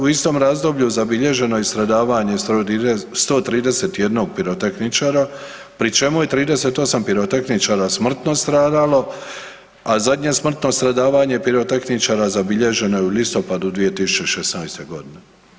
U istom razdoblju zabilježeno je i stradavanje 131 pirotehničara pri čemu je 38 pirotehničara smrtno stradalo, a zadnje smrtno stradavanje pirotehničara zabilježeno je u listopadu 2016. godine.